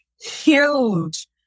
huge